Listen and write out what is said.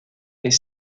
est